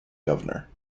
governor